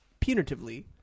punitively